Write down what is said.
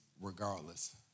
regardless